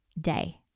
day